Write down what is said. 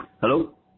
Hello